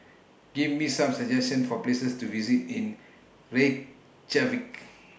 Give Me Some suggestions For Places to visit in Reykjavik